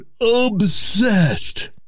obsessed